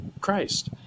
Christ